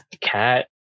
Cat